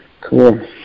Cool